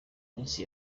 minsi